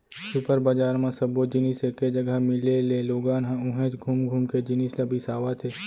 super बजार म सब्बो जिनिस एके जघा मिले ले लोगन ह उहेंच घुम घुम के जिनिस ल बिसावत हे